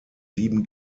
sieben